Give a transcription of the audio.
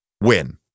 Win